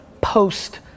post